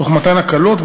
תוך מתן הקלות,